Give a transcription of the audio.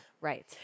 Right